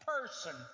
person